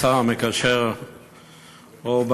השר המקשר אורבך,